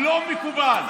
למה,